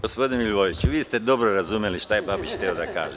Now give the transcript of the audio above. Gospodine Milivojeviću, vi ste dobro razumeli šta je Babić hteo da kaže.